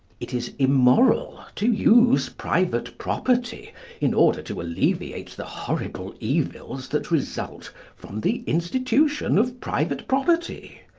it is immoral to use private property in order to alleviate the horrible evils that result from the institution of private property.